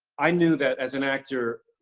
i knew that, as an actor,